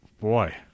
boy